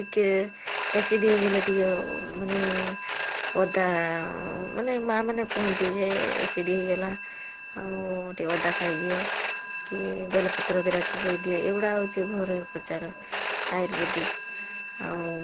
ଟିକେ ଏସିଡ଼ି ହେଇଗଲେ ଟିକେ ମାନେ ଅଦା ମାନେ ମାଁମାନେ କୁହନ୍ତି ଯେ ଏସିଡ଼ି ହେଇଗଲା ଆଉ ଟିକେ ଅଦା ଖାଇଦିଅ କି ବେଲପତ୍ର ଦୁଇ ଟା ଚୋବେଇ ଦିଅ ଏଗୁଡ଼ା ହଉଛି ଘରୋଇ ଉପଚାର ଆର୍ୟୁବେଦିକ ଆଉ